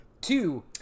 Two